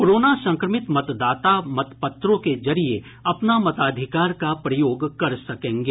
corona संक्रमित मतदाता मतपत्रों के जरिये अपना मताधिकार का प्रयोग कर सकेंगे